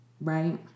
Right